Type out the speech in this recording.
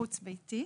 חוץ ביתי.